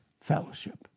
fellowship